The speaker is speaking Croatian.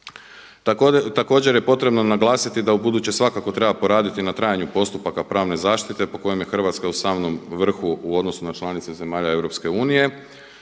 Također je potrebno naglasiti da ubuduće svakako treba poraditi na trajanju postupaka pravne zaštite po kojem je Hrvatska u samom vrhu u odnosu na članice zemalja EU.